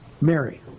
Mary